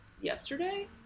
yesterday